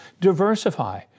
Diversify